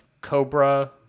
Cobra